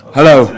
Hello